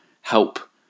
help